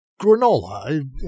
granola